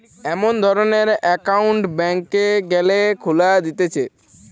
এমন ধরণের একউন্ট ব্যাংকে গ্যালে খুলে দিতেছে